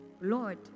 Lord